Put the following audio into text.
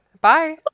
bye